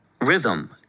rhythm